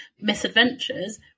misadventures